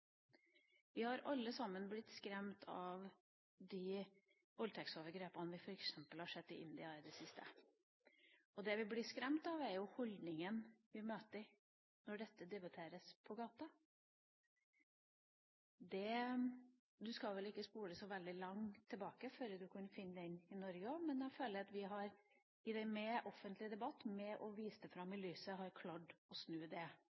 Vi har alle sammen blitt skremt av de voldtektsovergrepene vi har sett i f.eks. India i det siste. Det vi blir skremt av, er holdninga vi møter når dette debatteres på gata. Man skal vel ikke spole så veldig langt tilbake før man finner det i Norge også, men jeg føler at vi med offentlig debatt og ved å vise det fram i lyset har klart å snu det.